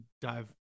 dive